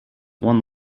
one